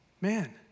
man